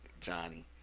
Johnny